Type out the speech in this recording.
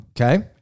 Okay